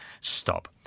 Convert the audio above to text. Stop